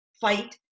fight